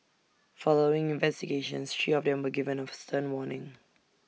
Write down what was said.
following investigations three of them were given A stern warning